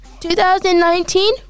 2019